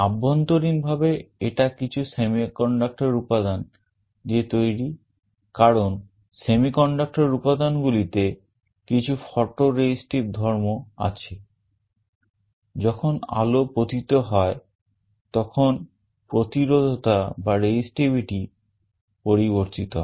অভ্যন্তরীণভাবে এটা কিছু semiconductor উপাদান পরিবর্তিত হয়